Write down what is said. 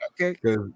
Okay